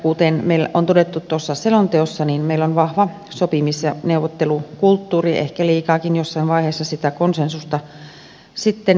kuten meillä on todettu tuossa selonteossa meillä on vahva sopimis ja neuvottelukulttuuri ehkä liikaakin jossain vaiheessa on sitä konsensusta sitten ollut